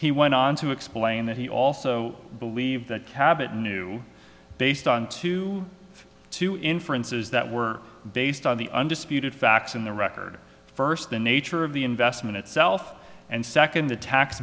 he went on to explain that he also believed that cabot knew based on two two inferences that were based on the undisputed facts in the record first the nature of the investment itself and second the tax